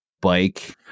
bike